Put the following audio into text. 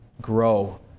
grow